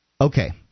Okay